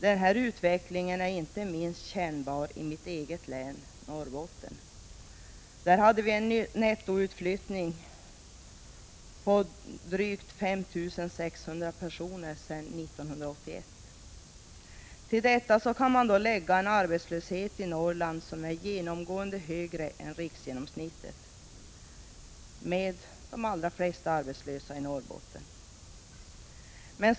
Denna utveckling är inte minst kännbar i mitt eget län, Norrbotten. Där hade vi en nettoutflyttning på drygt 5 600 personer sedan 1981. Till detta kan man lägga en arbetslöshet i Norrland som är genomgående högre än riksgenomsnittet, med de allra flesta arbetslösa i Norrbotten.